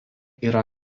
yra